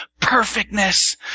perfectness